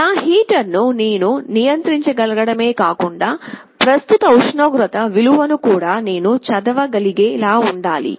నా హీటర్ను నేను నియంత్రించగలగడమే కాకుండా ప్రస్తుత ఉష్ణోగ్రత విలువను కూడా నేను చదవ గలిగేలా ఉండాలి